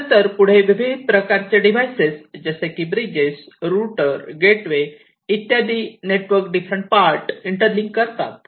त्यानंतर पुढे विविध प्रकारचे डिव्हाइसेस जसे की ब्रिजेस रुटर गेटवे इत्यादी नेटवर्क डिफरंट पार्ट इंटरलींक करतात